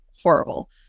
horrible